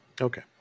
okay